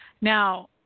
now